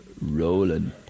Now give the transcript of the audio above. Rolling